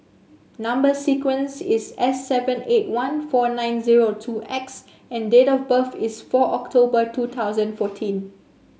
number sequence is S seven eight one four nine zero two X and date of birth is four October two thousand fourteen